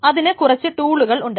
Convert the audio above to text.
അതിന് കുറച്ച് ടൂളുകൾ ഉണ്ട്